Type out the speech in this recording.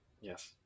Yes